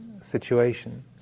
situation